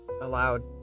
allowed